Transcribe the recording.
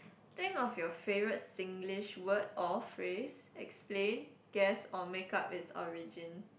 think of your favourite Singlish word or phrase explain guess or make up its origin